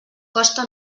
costa